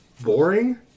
boring